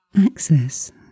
access